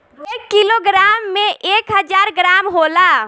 एक किलोग्राम में एक हजार ग्राम होला